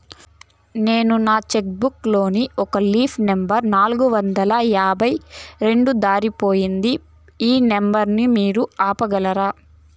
నేను నా cheque book లోని ఒక లీఫ్ నెంబర్ నాలుగు వందల యాభై రెండు దారిపొయింది పోయింది ఈ నెంబర్ ను మీరు దాన్ని ఆపగలరా?